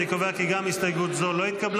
אני קובע כי גם ההסתייגות לא התקבלה.